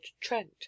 trent